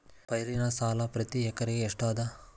ಪೈರಿನ ಸಾಲಾ ಪ್ರತಿ ಎಕರೆಗೆ ಎಷ್ಟ ಅದ?